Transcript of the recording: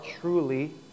truly